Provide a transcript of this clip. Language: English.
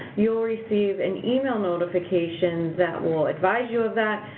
you will receive an email notification that will advise you of that,